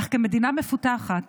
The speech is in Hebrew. אך כמדינה מפותחת